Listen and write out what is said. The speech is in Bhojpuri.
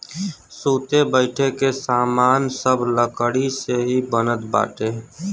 सुते बईठे के सामान सब लकड़ी से ही बनत बाटे